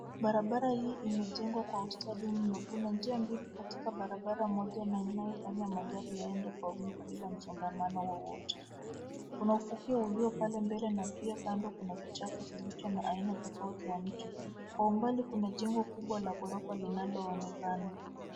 Barabara hii imejengwa kwa ustadi mno. Kuna njia mbili katiaka barabara moja na inayo fanya magari yaende kwa wingi bila mchangamano wowote. Kuna ufukio ulio pale mbele na pia kando kuna kichaka kilicho na aina tofauti ya mti. kwa umbali kuna jengo kubwa la ghorofa linaloonekana.